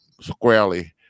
squarely